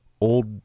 old